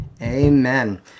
amen